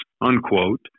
unquote